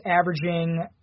averaging